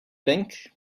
pink